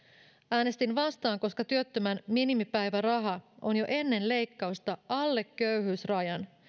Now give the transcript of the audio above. äänestin vastaan koska työttömän minimipäiväraha on jo ennen leikkausta alle köyhyysrajan